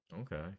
Okay